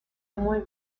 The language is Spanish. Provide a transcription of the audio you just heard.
muy